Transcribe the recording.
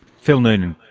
phil noonan?